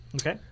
Okay